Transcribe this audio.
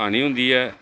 ਹਾਨੀ ਹੁੰਦੀ ਹੈ